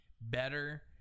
better